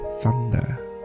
thunder